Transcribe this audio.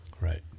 Right